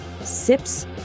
sips